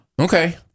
Okay